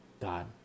God